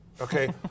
okay